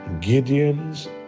Gideon's